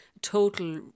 total